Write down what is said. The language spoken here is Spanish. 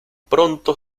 pronto